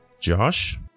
Josh